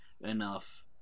enough